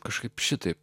kažkaip šitaip